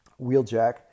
Wheeljack